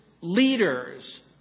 leaders